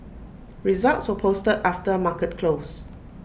results were posted after market close